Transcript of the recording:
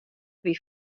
wie